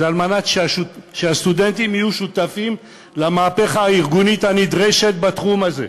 זה על מנת שהסטודנטים יהיו שותפים למהפכה הארגונית הנדרשת בתחום הזה,